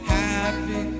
happy